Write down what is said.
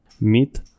Meat